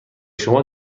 شما